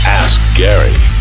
askgary